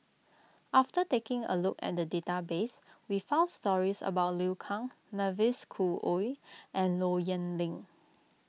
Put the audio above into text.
after taking a look at the database we found stories about Liu Kang Mavis Khoo Oei and Low Yen Ling